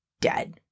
dead